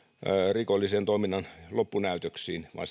rikollisen toiminnan loppunäytöksiin vaan